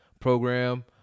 program